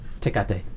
Tecate